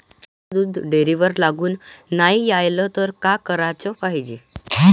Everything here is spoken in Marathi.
गाईचं दूध डेअरीवर लागून नाई रायलं त का कराच पायजे?